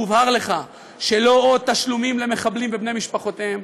והובהר לך שלא עוד תשלומים למחבלים ובני משפחותיהם.